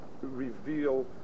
reveal